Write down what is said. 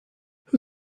who